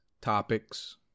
topics